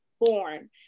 born